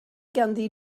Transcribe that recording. ganddi